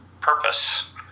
purpose